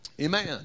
Amen